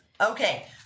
Okay